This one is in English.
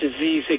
disease